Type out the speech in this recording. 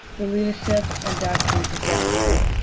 the leadership and doctrines of jefferson.